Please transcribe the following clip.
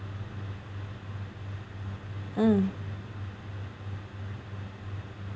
mm